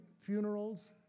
funerals